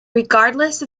regardless